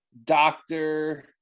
Doctor